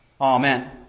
Amen